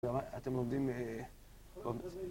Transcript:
אתם לומדים...